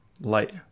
light